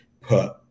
put